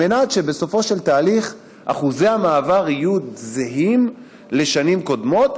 על מנת שבסופו של התהליך אחוזי המעבר יהיו זהים לאלה של שנים קודמות,